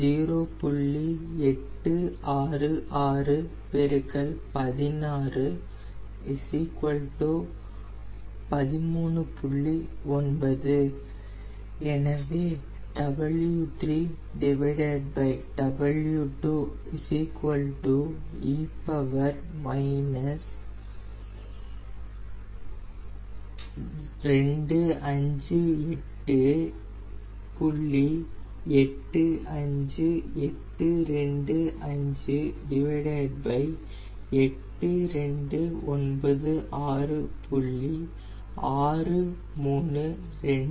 9 எனவே e 258